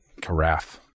carafe